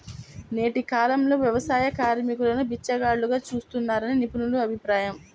నేటి కాలంలో వ్యవసాయ కార్మికులను బిచ్చగాళ్లుగా చూస్తున్నారని నిపుణుల అభిప్రాయం